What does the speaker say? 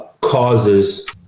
causes